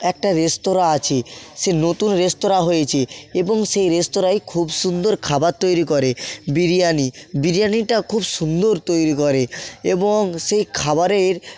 একটা রেস্তোরাঁ আছে সেই নতুন রেস্তোরাঁ হয়েছে এবং সেই রেস্তোরাঁয় খুব সুন্দর খাবার তৈরি করে বিরিয়ানি বিরিয়ানিটা খুব সুন্দর তৈরি করে এবং সেই খাবারের